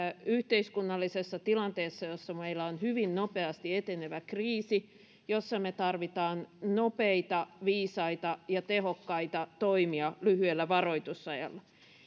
yhteiskunnallisessa tilanteessa jossa meillä on hyvin nopeasti etenevä kriisi jossa me tarvitsemme nopeita viisaita ja tehokkaita toimia lyhyellä varoitusajalla